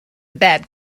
bad